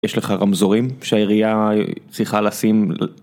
יש לך רמזורים שהעירייה צריכה לשים